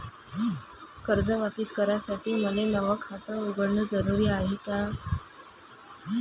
कर्ज वापिस करासाठी मले नव खात उघडन जरुरी हाय का?